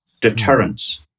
deterrence